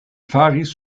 faris